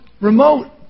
remote